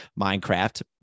Minecraft